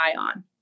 on